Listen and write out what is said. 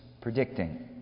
predicting